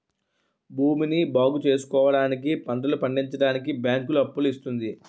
భూమిని బాగుచేసుకోవడానికి, పంటలు పండించడానికి బ్యాంకులు అప్పులు ఇస్తుంది